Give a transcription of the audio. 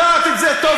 ואת יודעת את זה טוב.